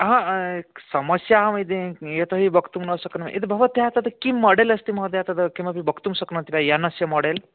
अ समस्याम् इति यतोहि वक्तुं न शक्नोमि यत् भवत्या तत् किं माडल् अस्ति महोदय तत् किमपि वक्तुं शक्नोति वा यानस्य माडल्